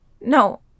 No